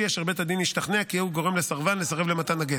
אשר בית הדין השתכנע כי הוא גורם לסרבן לסרב למתן הגט.